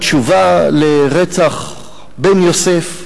התשובה לרצח בן יוסף,